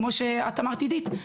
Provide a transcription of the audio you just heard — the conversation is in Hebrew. כמו שאמרת עידית,